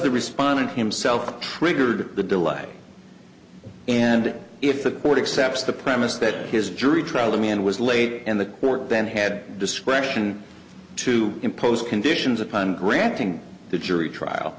the respondent himself triggered the delay and if the court accept the premise that his jury trial the man was late and the work then had discretion to impose conditions upon granting the jury trial